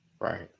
Right